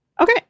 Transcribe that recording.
okay